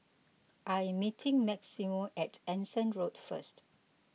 I am meeting Maximo at Anson Road first